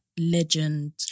legend